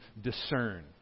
discern